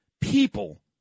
people